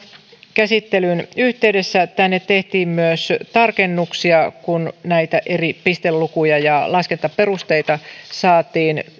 käsittelyn yhteydessä tänne tehtiin myös tarkennuksia kun näitä eri pistelukuja ja laskentaperusteita saatiin ne